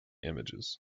images